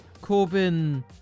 Corbin